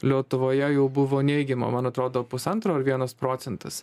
lietuvoje jau buvo neigiama man atrodo pusantro ar vienas procentas